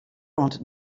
oant